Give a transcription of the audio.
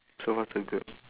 so far so good